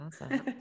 Awesome